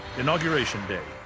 inauguration day.